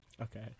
Okay